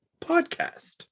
podcast